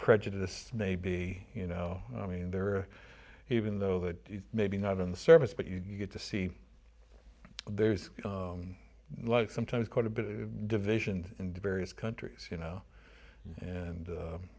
prejudice may be you know i mean there are even though that maybe not in the service but you get to see there's like sometimes quite a bit of division in the various countries you know and